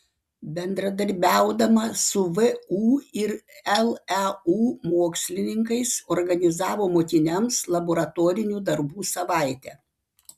bendradarbiaudama su vu ir leu mokslininkais organizavo mokiniams laboratorinių darbų savaitę